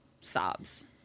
sobs